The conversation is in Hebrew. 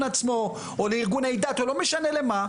עצמו או לארגוני דת או לא משנה למה,